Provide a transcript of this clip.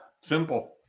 simple